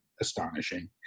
astonishing